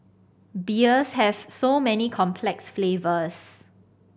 beers have so many complex flavours